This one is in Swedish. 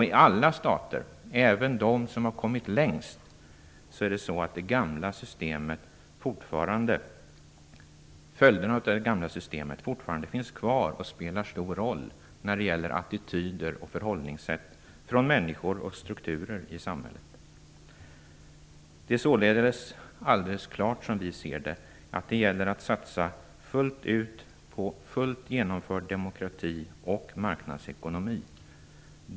I alla stater, även i dem som har kommit längst, finns följderna av det gamla systemet fortfarande kvar och spelar en stor roll när det gäller attityder och förhållningssätt hos människor och i strukturer i samhället. Det är således alldeles klart, som vi ser det, att det gäller att satsa fullt ut på fullt genomförd demokrati och marknadsekonomi.